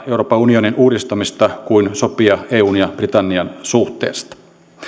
euroopan unionin uudistamista kuin sopia eun ja britannian suhteesta